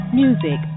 music